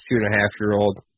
two-and-a-half-year-old